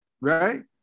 Right